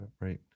Right